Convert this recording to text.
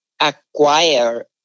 acquire